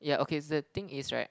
yeah okay the thing is right